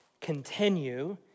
continue